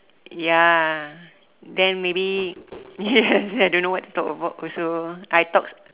ya then maybe yes then I don't know what to talk about also I talk